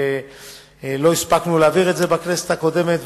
ולא הספקנו להעביר את זה בכנסת הקודמת.